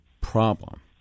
problem